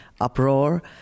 uproar